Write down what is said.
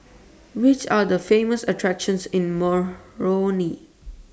Which Are The Famous attractions in Moroni